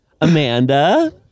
Amanda